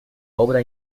obra